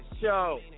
show